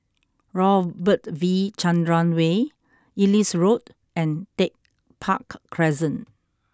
Robert V Chandran Way Ellis Road and Tech Park Crescent